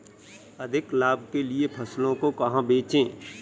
अधिक लाभ के लिए फसलों को कहाँ बेचें?